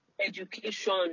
education